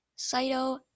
Saito